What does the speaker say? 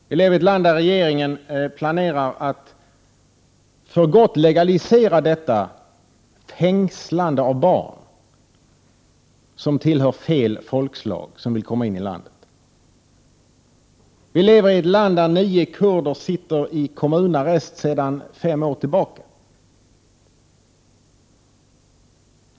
Vi lever i ett land där regeringen planerar att för gott legalisera detta fängslande av barn som tillhör fel folkslag och som vill komma in i landet. Vi lever i ett land där nio kurder sitter i kommunarrest sedan fem år tillbaka.